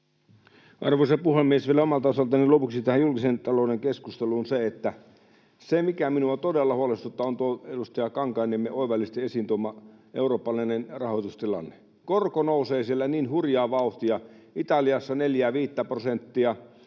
Arvoisa puhemies! Vielä omalta osaltani lopuksi tähän julkisen talouden keskusteluun, että se, mikä minua todella huolestuttaa, on tuo edustaja Kankaanniemen oivallisesti esiin tuoma eurooppalainen rahoitustilanne. Korko nousee siellä niin hurjaa vauhtia. Italiassa neljää viittä